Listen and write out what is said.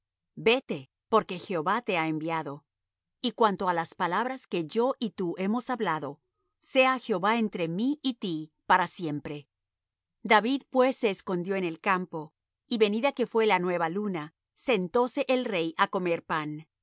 vete porque jehová te ha enviado y cuanto á las palabras que yo y tú hemos hablado sea jehová entre mí y ti para siempre david pues se escondió en el campo y venida que fué la nueva luna sentóse el rey á comer pan